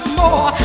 more